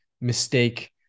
mistake